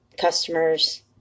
customers